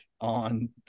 on